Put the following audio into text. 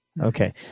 Okay